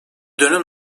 dönüm